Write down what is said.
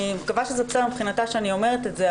מקווה שזה בסדר מבחינתה שאני אומרת את זה,